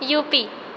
U P